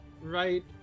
Right